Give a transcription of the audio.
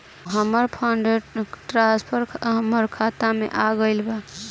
हमर fund transfer हमर खाता में वापस आ गईल बा